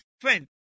friend